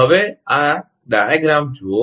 હવે આ રેખાકૃતિડાયાગ્રામ જુઓ